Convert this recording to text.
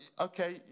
okay